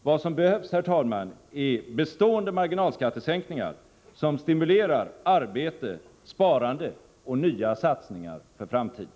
Vad som behövs, herr talman, är bestående marginalskattesänkningar, som stimulerar arbete, sparande och nya satsningar för framtiden.